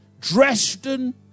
Dresden